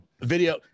Video